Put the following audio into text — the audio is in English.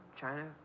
China